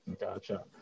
gotcha